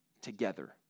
together